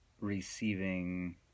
receiving